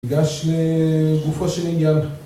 ניגש לגופו של עניין.